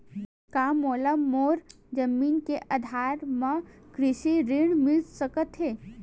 का मोला मोर जमीन के आधार म कृषि ऋण मिल सकत हे?